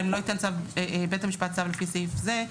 נאמר ש"לא ייתן בית המשפט צו לפי סעיף זה,